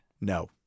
No